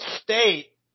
State